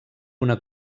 una